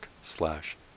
slash